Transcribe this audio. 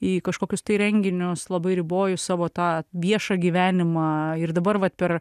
į kažkokius renginius labai riboju savo tą viešą gyvenimą ir dabar vat per